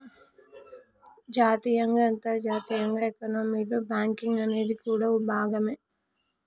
జాతీయంగా అంతర్జాతీయంగా ఎకానమీలో బ్యాంకింగ్ అనేది కూడా ఓ భాగమే